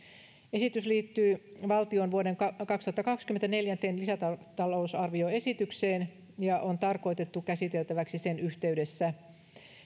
esitys liittyy valtion vuoden kaksituhattakaksikymmentä neljänteen lisätalousarvioesitykseen ja on tarkoitettu käsiteltäväksi sen yhteydessä